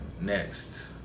Next